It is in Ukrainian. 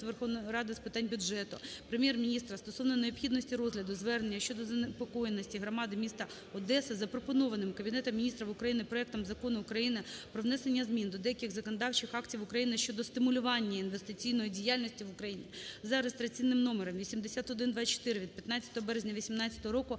Верховної Ради з питань бюджету, Прем'єр-міністра стосовно необхідності розгляду звернення щодо занепокоєності громади міста Одеса запропонованим Кабінетом Міністрів України проектом Закону України "Про внесення змін до деяких законодавчих актів України щодо стимулювання інвестиційної діяльності в Україні" за реєстраційним номером 8124 від 15 березня 2018 року,